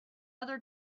other